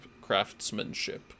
craftsmanship